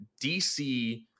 DC